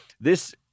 This-